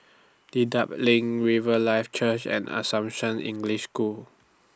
Dedap LINK Riverlife Church and Assumption English School